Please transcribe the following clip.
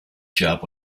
shop